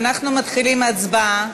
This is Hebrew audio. אנחנו מתחילים הצבעה,